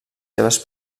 seves